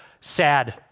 sad